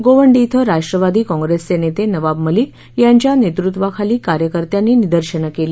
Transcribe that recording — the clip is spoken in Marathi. गोवंडी इथं राष्ट्रवादी कॉंप्रेसचे नेते नवाब मलिक यांच्या नेतृत्वाखाली कार्यकर्त्यांनी निदर्शनं केली